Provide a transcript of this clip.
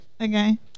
okay